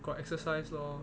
got exercise lor